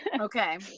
Okay